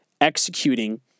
executing